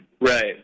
Right